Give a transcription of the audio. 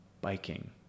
biking